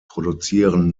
produzieren